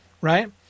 Right